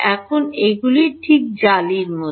এখন এগুলি ঠিক জালির মতো